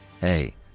Hey